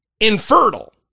infertile